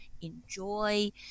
enjoy